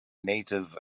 native